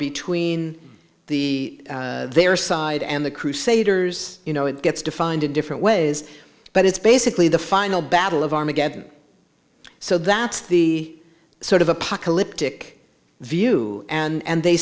between the their side and the crusaders you know it gets defined in different ways but it's basically the final battle of armageddon so that the sort of apocalyptic view and